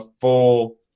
full